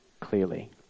clearly